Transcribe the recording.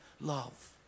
love